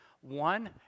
One